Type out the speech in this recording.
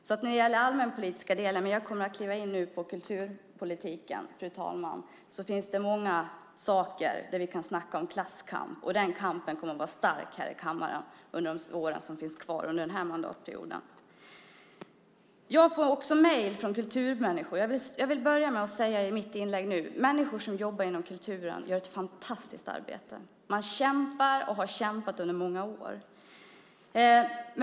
Jag kommer att kliva in på kulturpolitiken nu, fru talman, men när det gäller det allmänpolitiska finns det många saker där vi kan snacka om klasskamp. Den kampen kommer att vara stark här i kammaren under de år som finns kvar av den här mandatperioden. Jag får också mejl från kulturmänniskor. Människor som jobbar inom kulturen gör ett fantastiskt arbete. Man kämpar och har kämpat under många år.